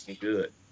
good